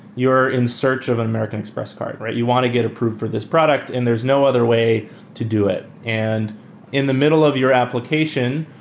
in search of american express card, right? you want to get approved for this product and there's no other way to do it. and in the middle of your application,